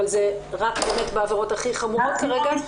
אבל זה רק בעבירות הכי חמורות כרגע.